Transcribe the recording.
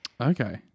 Okay